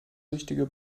richtige